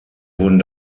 wurden